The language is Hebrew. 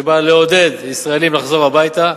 ובאה לעודד ישראלים לחזור הביתה,